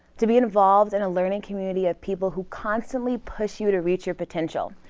to be involved in a learning community of people who constantly push you to reach your potential,